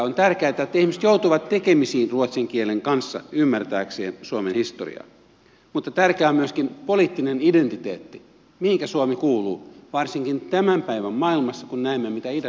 on tärkeätä että ihmiset joutuvat tekemisiin ruotsin kielen kanssa ymmärtääkseen suomen historiaa mutta tärkeää on myöskin poliittinen identiteetti mihinkä suomi kuuluu varsinkin tämän päivän maailmassa kun näemme mitä idässä tapahtuu